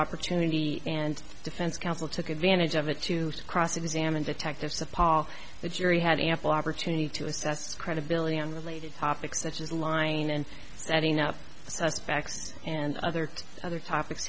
opportunity and defense counsel took advantage of it to cross examine detectives apol the jury had ample opportunity to assess its credibility on related topics such as lying and setting up suspects and other to other topics